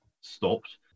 stopped